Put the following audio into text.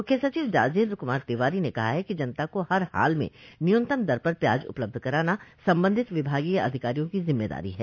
मुख्य सचिव राजेन्द्र कुमार तिवारी ने कहा है कि जनता को हर हाल में न्यूनतम दर पर प्याज उपलब्ध कराना संबंधित विभागीय अधिकारियों की जिम्मेदारी है